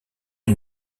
ils